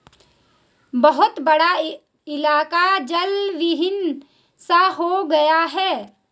बहुत बड़ा इलाका जलविहीन सा हो गया है